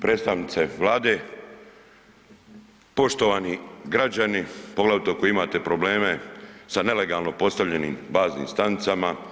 Predstavnice Vlade, poštovani građani, poglavito koji imate probleme sa nelegalno postavljenim baznim stanicama.